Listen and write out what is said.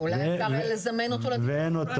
אולי אפשר לזמן אותו לדיון.